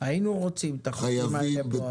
היינו רוצים את החוק הזה פה.